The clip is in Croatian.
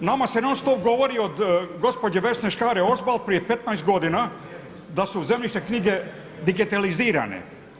Nama se non stop govori od gospođe Vesne Škare-Ožbolt prije 15 godina da su zemljišne knjige digitalizirane.